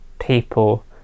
people